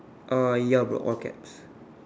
ah ya bro all caps